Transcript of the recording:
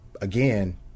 again